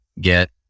get